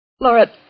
Laura